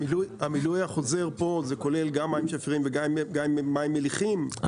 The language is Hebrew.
המילוי החוזר פה זה כולל גם מים שפירים וגם מים מליחים,